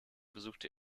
besuchte